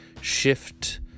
shift